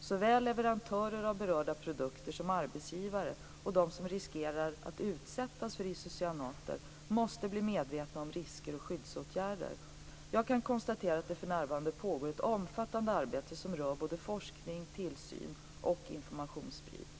Såväl leverantörer av berörda produkter som arbetsgivare och de som riskerar att utsättas för isocyanater måste bli medvetna om risker och skyddsåtgärder. Jag kan konstatera att det för närvarande pågår ett omfattande arbete som rör såväl forskning som tillsyn och informationsspridning.